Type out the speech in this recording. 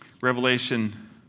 Revelation